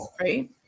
right